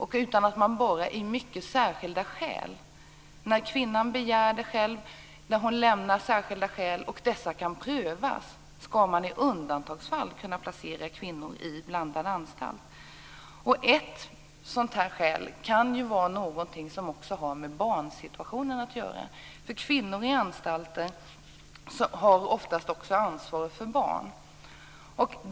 Bara om det finns mycket särskilda skäl - när kvinnan begär det själv och lämnar särskilda skäl som kan prövas - skall man i undantagsfall kunna placera kvinnor i blandad anstalt. Ett exempel på sådana skäl kan vara något som har med barnsituationen att göra. Kvinnor på anstalter har nämligen oftast också ansvar för barn.